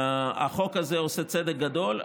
החוק הזה עושה צדק גדול.